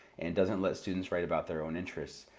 and doesn't let students write about their own interests.